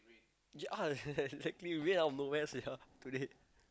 just uh exactly rain out of nowhere sia today